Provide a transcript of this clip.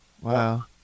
Wow